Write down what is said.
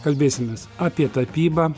kalbėsimės apie tapybą